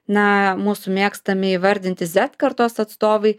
na mūsų mėgstami įvardinti zet kartos atstovai